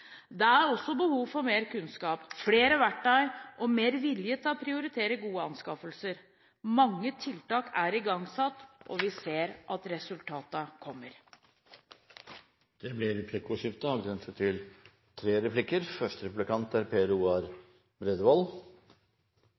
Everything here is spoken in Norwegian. Det er også behov for mer kunnskap, flere verktøy og mer vilje til å prioritere gode offentlige anskaffelser. Mange tiltak er igangsatt, og vi ser at resultatene kommer. Det blir replikkordskifte.